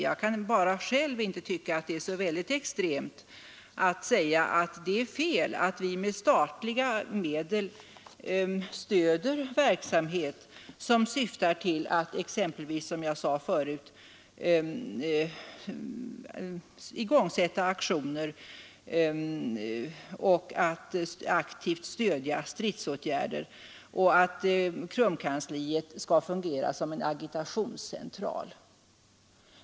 Jag kan bara själv inte tycka att det är så väldigt extremt att säga att det är fel att vi med statliga medel stöder en verksamhet, som syftar till att exempelvis, som jag sade förut, igångsätta aktioner och aktivt stödja stridsåtgärder. KRUM-kansliet skall därvid fungera som en agitationscentral.